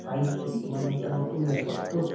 five G মানে এটা নতুন নেটওয়ার্ক তো